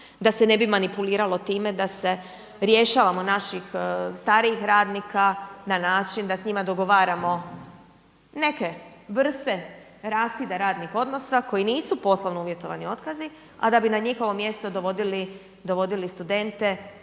da se ne bi manipuliralo time da se rješavamo naših starijih radnika na način da s njima dogovaramo neke vrste raskida radnih odnosa koji nisu poslovno uvjetovani otkazi a da bi na njihovo mjesto dovodili studente